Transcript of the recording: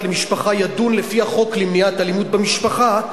למשפחה ידון לפי החוק למניעת אלימות במשפחה,